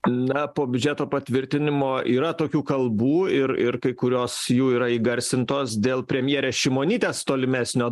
na po biudžeto patvirtinimo yra tokių kalbų ir ir kai kurios jų yra įgarsintos dėl premjerės šimonytės tolimesnio